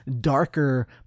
darker